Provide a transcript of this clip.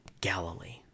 Galilee